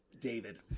David